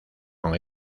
con